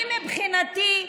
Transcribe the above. אני, מבחינתי,